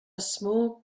small